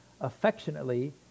affectionately